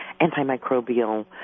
antimicrobial